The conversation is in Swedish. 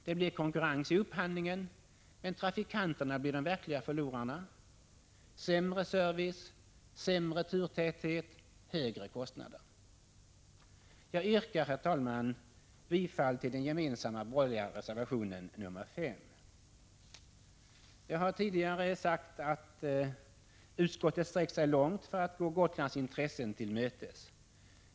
Det blir konkurrens i upphandlingen, men trafikanterna blir de verkliga förlorarna: sämre service, sämre turtäthet, högre kostnader. Jag yrkar, herr talman, bifall till den gemensamma borgerliga reservationen nr 5. Jag har tidigare sagt att utskottet sträckt sig långt för att gå Gotlands intressen till mötes.